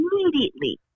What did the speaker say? immediately